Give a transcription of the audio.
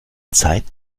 zeit